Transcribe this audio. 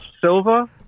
Silva